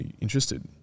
interested